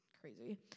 crazy